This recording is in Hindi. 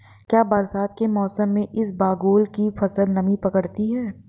क्या बरसात के मौसम में इसबगोल की फसल नमी पकड़ती है?